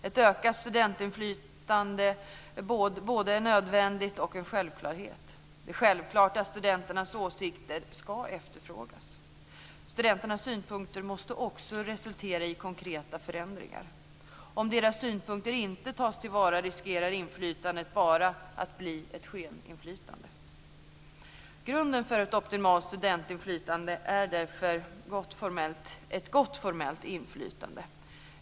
Ett ökat studentinflytande är både en nödvändighet och en självklarhet. Det är självklart att studenternas åsikter ska efterfrågas. Studenternas synpunkter måste också resultera i konkreta förändringar. Om studenternas synpunkter inte tas till vara riskerar inflytandet att bara bli ett skeninflytande. Grunden för ett optimalt studentinflytande är ett gott formellt inflytande.